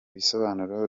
bisobanuro